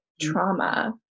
trauma